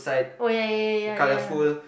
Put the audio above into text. oh ya ya ya ya ya